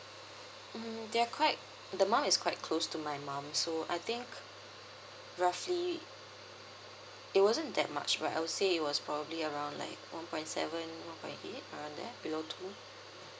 mm they're quite the mom is quite close to my mum so I think roughly it wasn't that much but I would say it was probably around like one point seven one point eight around there below two